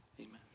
amen